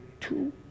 two